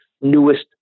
newest